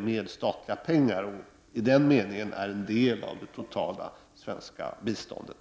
med statliga pengar och på så vis är en del av det totala svenska biståndet.